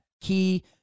key